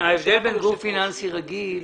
ההבדל בין גוף פיננסי רגיל